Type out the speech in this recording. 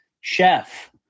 Chef